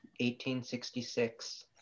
1866